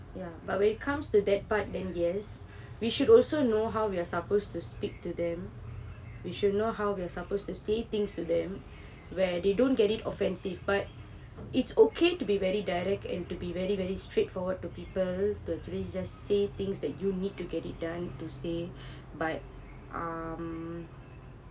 ya but when it comes to that part then yes we should also know how we are supposed to speak to them we should know how we're supposed to say things to them where they don't get it offensive but it's okay to be very direct and to be very very straightforward to people to actually just say things that you need to get it done to say but um